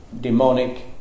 demonic